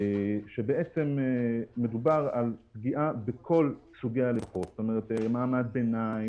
בעצם מדובר על פגיעה בכל סוגי הלקוחות: מעמד ביניים,